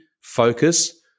focus